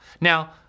Now